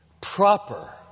proper